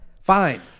Fine